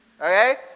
Okay